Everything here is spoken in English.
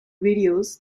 videos